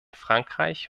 frankreich